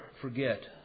forget